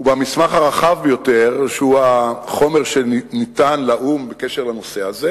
ובמסמך הרחב יותר שהוא החומר שניתן לאו"ם בקשר לנושא הזה,